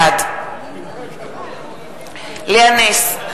בעד לאה נס,